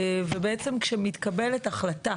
כשמתקבלת החלטה